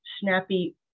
snappy